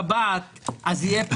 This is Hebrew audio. והכוונה שלנו היא גם